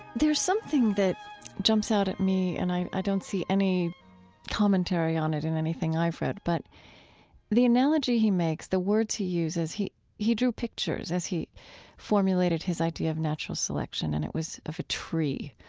there's something that jumps out at me, and i i don't see any commentary on it in anything i've read, but the analogy he makes, the words he uses, he he drew pictures as he formulated his idea of natural selection and it was of a tree.